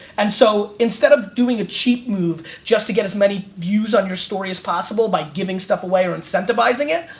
and so, instead of doing a cheap move just to get as many views on your story as possible by giving stuff away or incentivizing it,